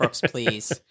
please